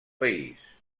país